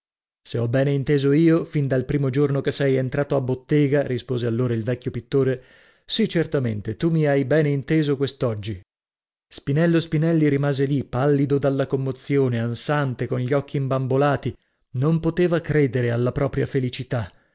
se ho bene inteso io fin dal primo giorno che sei entrato a bottega rispose allora il vecchio pittore sì certamente tu mi hai bene inteso quest'oggi spinello spinelli rimase lì pallido dalla commozione ansante con gli occhi imbambolati non poteva credere alla propria felicità